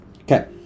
Okay